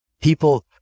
people